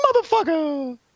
motherfucker